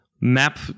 map